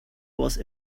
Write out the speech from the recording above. was